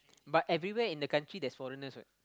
but everywhere in the country there's foreigners what